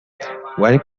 when